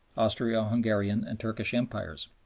austro-hungarian, and turkish empires.